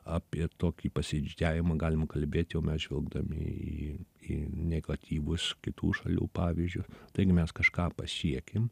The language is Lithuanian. apie tokį pasididžiavimą galim kalbėt jau mes žvelgdami į negatyvius kitų šalių pavyzdžius taigi mes kažką pasiekėm